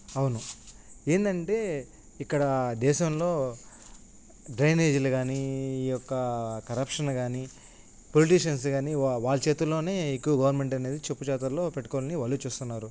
అవును ఏంటంటే ఇక్కడ దేశంలో డ్రైనేజ్లు కానీ ఈ యొక్క కరప్షన్ కానీ పొలిటిటీషిన్స్ కానీ వాళ్ళ చేతులలో ఎక్కువ గవర్నమెంట్ అనేది చెప్పు చేతుల్లో పెట్టుకొని వాళ్ళు చూస్తున్నారు